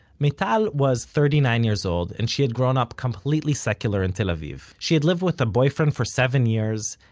meital was thirty-nine years old and she had grown up completely secular in tel aviv. she had lived with a boyfriend for seven years,